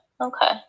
Okay